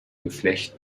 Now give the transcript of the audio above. geflecht